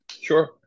Sure